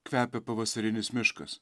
kvepia pavasarinis miškas